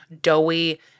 doughy